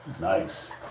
Nice